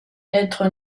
être